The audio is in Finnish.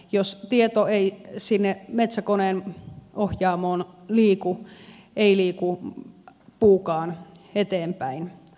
jos tieto ei sinne metsäkoneen ohjaamoon liiku ei liiku puukaan eteenpäin